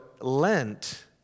Lent